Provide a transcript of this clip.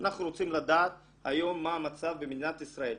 אנחנו רוצים לדעת היום מה המצב במדינת ישראל.